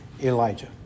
Elijah